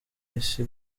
isi